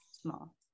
Small